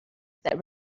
that